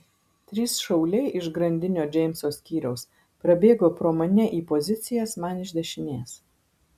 trys šauliai iš grandinio džeimso skyriaus prabėgo pro mane į pozicijas man iš dešinės